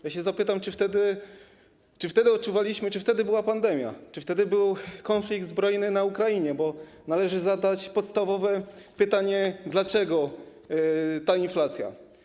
Ja zapytam, czy wtedy odczuwaliśmy, czy wtedy była pandemia, czy wtedy był konflikt zbrojny na Ukrainie, bo należy zadać podstawowe pytanie, dlaczego jest ta inflacja.